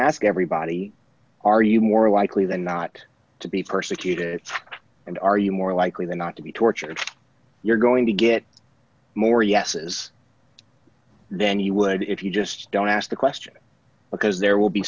ask everybody are you more likely than not to be persecuted and are you more likely than not to be tortured you're going to get more yeses then you would if you just don't ask the question because there will be